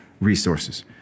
resources